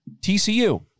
TCU